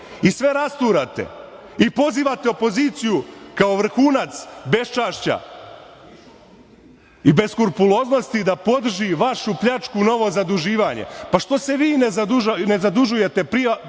i sve rasturate. Pozivate opoziciju, kao vrhunac beščašća i beskrupuloznosti da podrži vašu pljačku u novo zaduživanje. Što se vi ne zadužujete privatno,